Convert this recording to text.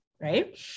right